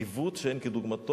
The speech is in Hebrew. זה עיוות שאין כדוגמתו.